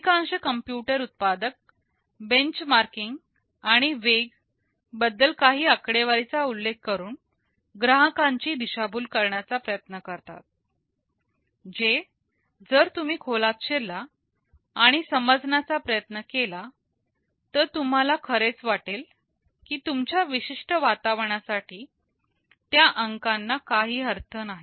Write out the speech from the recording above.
अधिकांश कंप्यूटर उत्पादक benchmarking आणि वेग बद्दल काही आकडेवारीचा उल्लेख करून ग्राहकांची दिशाभूल करण्याचा प्रयत्न करतात जे जर तुम्ही खोलात शिरला आणि समजण्याचा प्रयत्न केला तर तुम्हाला खरच वाटेल की तुमच्या विशिष्ट वातावरणासाठी त्या अंकांना काही अर्थ नाही